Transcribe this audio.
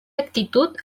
actitud